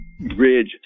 bridge